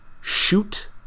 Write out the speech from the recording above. shoot